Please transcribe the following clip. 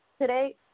today